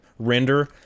render